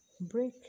Break